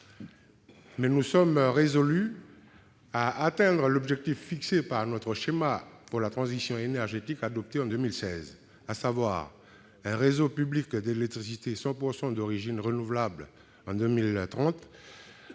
nous sommes résolus à atteindre l'objectif fixé par notre schéma pour la transition énergétique adopté en 2016, à savoir un réseau public d'électricité alimenté à 100